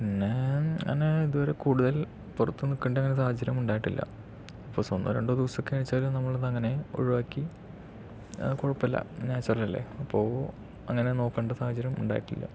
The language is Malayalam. പിന്നെ ഞാൻ ഇതുവരെ കൂടുതൽ പുറത്ത് നിൽക്കേണ്ട അങ്ങനെ സാഹചര്യം ഉണ്ടായിട്ടില്ല ഇപ്പോൾ ഒന്നൊ രണ്ടോ ദിവസം എന്നൊക്കെ വച്ചാല് നമ്മള് അത് അങ്ങനെ ഒഴുവാക്കി കുഴപ്പമില്ല നാച്ചുറൽ അല്ലെ അങ്ങനെ നോക്കേണ്ട സാഹചര്യം ഉണ്ടായിട്ടില്ല